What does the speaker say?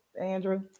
andrew